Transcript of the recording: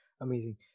Amazing